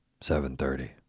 7.30